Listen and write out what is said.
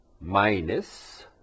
minus